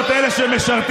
להיות אלה שמשרתים.